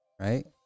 Right